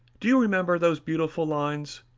do you remember those beautiful lines,